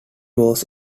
was